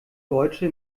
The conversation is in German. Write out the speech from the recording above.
deutsche